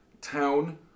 town